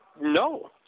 No